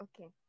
okay